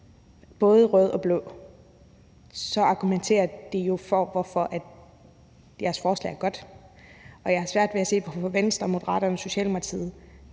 både røde og blå – argumenterer de jo for, at jeres forslag er godt, og jeg har svært ved at se, hvorfor Venstre, Moderaterne og Socialdemokratiet